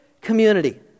community